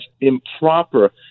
improper